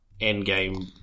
endgame